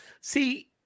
See